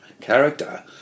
character